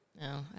No